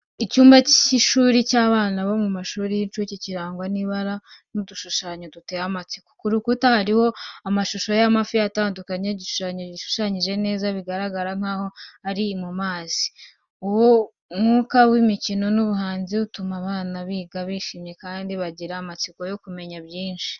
Icyumba cy’ishuri cy’abana bo mu mashuri y’incuke kirangwa n’ibara n’udushushanyo duteye amatsiko. Ku rukuta hariho amashusho y’amafi atandukanye, igishushanyo gishushanyije neza, bigaragara nkaho ari mu mazi. Uwo mwuka w’imikino n’ubuhanzi utuma abana biga bishimye kandi bagira amatsiko yo kumenya byinshi.